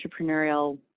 entrepreneurial